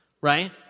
Right